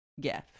gift